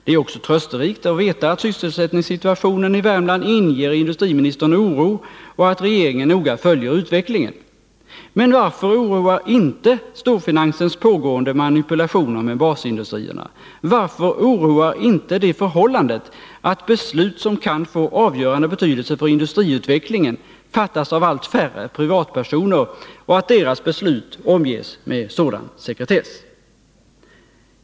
Det är också trösterikt att veta att sysselsättningssituationen i Värmland inger industriministern oro och att regeringen noga följer utvecklingen. Men varför oroar inte storfinansens pågående manipulationer med basindustrierna, varför oroar inte det förhållandet att beslut som kan få avgörande betydelse för industriutvecklingen fattas av allt färre privatpersoner och att deras beslut omges med sådan sekretess?